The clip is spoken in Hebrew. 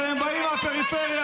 הם באים מהפריפריה.